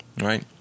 Right